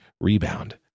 rebound